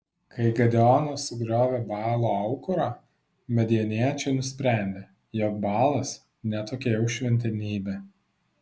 kai gedeonas sugriovė baalo aukurą madianiečiai nusprendė jog baalas ne tokia jau šventenybė